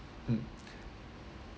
mm